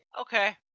Okay